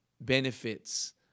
benefits